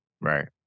Right